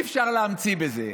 אי-אפשר להמציא בזה.